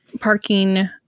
parking